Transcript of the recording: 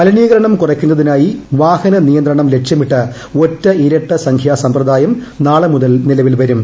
മലിനീകരണം കുറയ്ക്കുന്നതിനായി വാഹനനിയന്ത്രണം ലക്ഷ്യമിട്ട് ഒറ്റ ഇരട്ട സംഖ്യ സമ്പ്രദായം നാളെ മുതൽ നിലവിൽ വരും